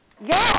Yes